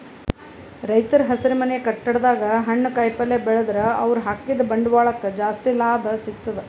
ರೈತರ್ ಹಸಿರುಮನೆ ಕಟ್ಟಡದಾಗ್ ಹಣ್ಣ್ ಕಾಯಿಪಲ್ಯ ಬೆಳದ್ರ್ ಅವ್ರ ಹಾಕಿದ್ದ ಬಂಡವಾಳಕ್ಕ್ ಜಾಸ್ತಿ ಲಾಭ ಸಿಗ್ತದ್